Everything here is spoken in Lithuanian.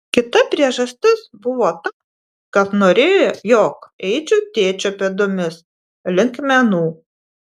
kita priežastis buvo ta kad norėjo jog eičiau tėčio pėdomis link menų